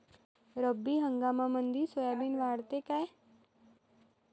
रब्बी हंगामामंदी सोयाबीन वाढते काय?